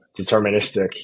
deterministic